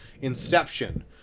Inception